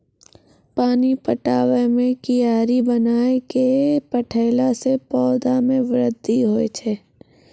पानी पटाबै मे कियारी बनाय कै पठैला से पौधा मे बृद्धि होय छै?